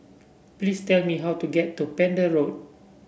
please tell me how to get to Pender Road